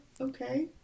okay